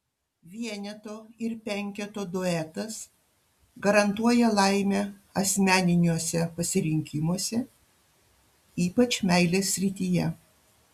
vieneto ir penketo duetas garantuoja laimę asmeniniuose pasirinkimuose ypač meilės srityje